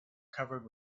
covered